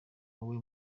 wowe